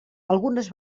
algunes